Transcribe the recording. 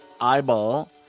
eyeball